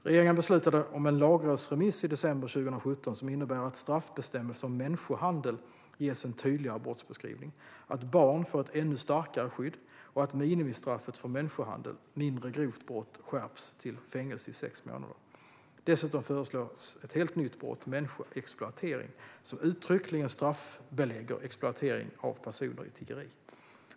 Regeringen beslutade om en lagrådsremiss i december 2017 som innebär att straffbestämmelsen om människohandel ges en tydligare brottsbeskrivning, att barn får ett ännu starkare skydd och att minimistraffet för människohandel, mindre grovt brott, skärps till fängelse i sex månader. Dessutom föreslås ett helt nytt brott, människoexploatering, som uttryckligen straffbelägger exploatering av personer i tiggeri.